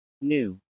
New